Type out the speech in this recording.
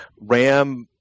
RAM